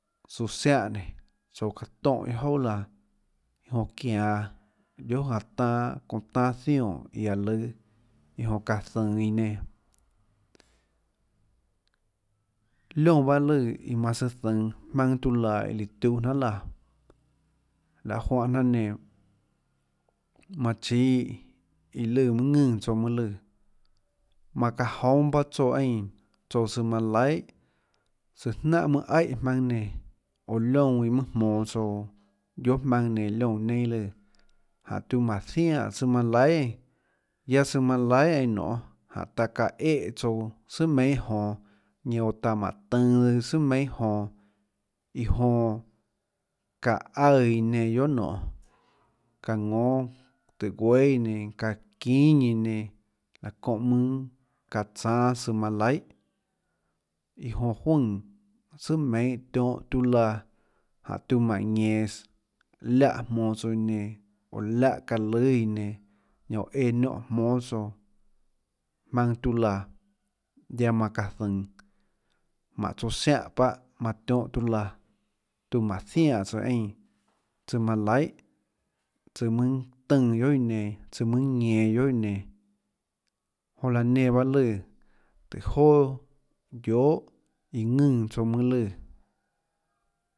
Tsouã ziánhã nénå tsouã çaã tóhã iâ jouà laã jonã çianå guiohà janã tanâ çounã tanâ zionè iã aã lùâ iã jonã çaã zønå iã nenã liónã bahâ lùã iã manã tsøã zønå tiuâ laã iã lùã tiuhâ jnanhà laã laê juáhã jnanà nenã manã chíâ iã lùã mønâ ðùnã tsouã mønâ lùã manã çaã joúnâ bahâ tsouã eínã tsouã tsøã manã laihà tsøã jnánhà mønâ aíhà jmaønâ nenã oã liónã iã mønâ jmonå tsouã guiohà jmaønâ nenã liónã neinâ lùã jáhå tiuã mánhå zianè tsøã manã laihà eínã guiaâ tsøã manã laihà eínã nioê jáhå taã çaã éhå tsouã tsùà meinhâ jonå ñanã óå taã mánå tønå tsøã sùà meinhâ jonå iã jonã çáhå aùã iã nenã guiohà nionê çaã ðónâ tùhå guéâ iã nenã çaã çínâ iã nenã laã çóhã mønâ çaã tsánâ søã manã laihà iã jonã juøè tsùà meinhà tiohâ tiuã laã jáhå tiuã mánå ñenås liáhã jmonå tsouã iã nenãliáhã çaã lùâ iã nenã ñanã oã eã nióhã jmónâ tsouã jmaønâ tiuâ laã guiaâ manã çaã zønå jmánhå tsouã ziánhã bahâ manã tionhâ tiuâ laã tiuã manã ziaè tsouã eínã tsøã manã laihà tsøã mønâ tønã guiohà iã nenã tsøã mønâ ñenå guiohà iã nenã jonã laã nenã bahâ lùã tùhå joà guiohà iã ðùnã tsouã mønâ lùã.